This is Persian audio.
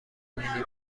مینی